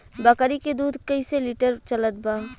बकरी के दूध कइसे लिटर चलत बा?